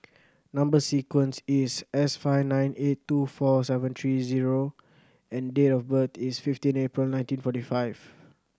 number sequence is S five nine eight two four seven three zero and date of birth is fifteen April nineteen forty five